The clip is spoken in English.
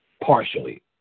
partially